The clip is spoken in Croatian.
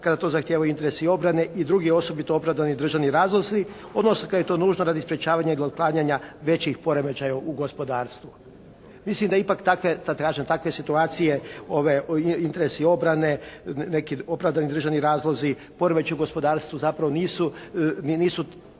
kada to zahtijevaju interesi obrane i drugi osobito opravdani državni razlozi, odnosno kada je to nužno radi sprječavanja i otklanjanja većih poremećaja u gospodarstvu. Mislim da ipak takve, kažem takve situacije ove, interesi obrane, neki opravdani državni razlozi, poremećaji u gospodarstvu zapravo nisu